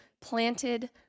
planted